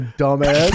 dumbass